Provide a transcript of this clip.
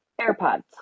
AirPods